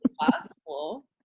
possible